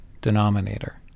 denominator